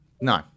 No